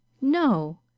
No